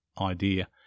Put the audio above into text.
idea